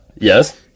yes